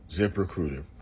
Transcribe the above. ZipRecruiter